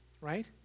right